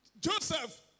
Joseph